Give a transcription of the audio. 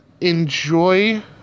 enjoy